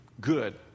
good